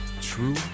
True